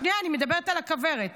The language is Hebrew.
שנייה, אני מדברת על הכוורת.